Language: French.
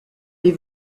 les